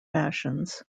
fashions